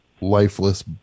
lifeless